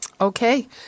Okay